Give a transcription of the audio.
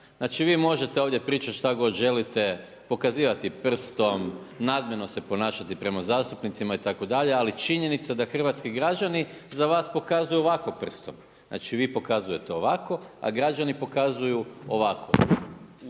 Znači vi možete ovdje pričati šta god želite, pokazivati prstom, …/Govornik se ne razumije./… se ponašati prema zastupnicima itd. ali činjenica da hrvatski građani, za vas pokazuju ovako prstom, znači vi pokazujete ovako, a građani pokazuju ovako.